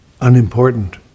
unimportant